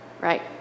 right